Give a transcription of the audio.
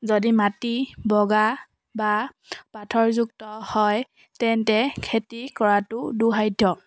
যদি মাটি বগা বা পাথৰযুক্ত হয় তেন্তে খেতি কৰাটো দুঃসাধ্য